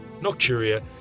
nocturia